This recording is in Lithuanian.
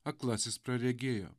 aklasis praregėjo